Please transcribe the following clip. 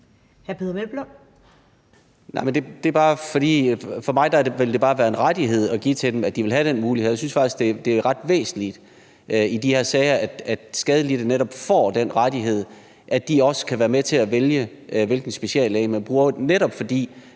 at se ville det bare være en rettighed, man kunne give til dem, så de ville have den mulighed. Og jeg synes faktisk, det er ret væsentligt i de her sager, at skadelidte netop får den rettighed, at de også kan være med til at vælge, hvilken speciallæge man bruger, netop fordi